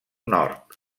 nord